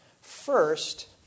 First